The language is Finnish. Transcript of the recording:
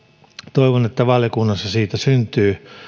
toivon että valiokunnassa siitä syntyy